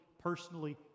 personally